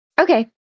Okay